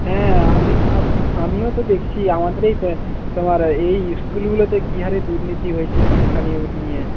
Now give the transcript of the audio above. হ্যাঁ আমি আমিও তো দেখছি আমাদের এই তোমার এই স্কুলগুলিতে কি হারে দুর্নীতি হয়েছে শিক্ষা নিয়োগ নিয়ে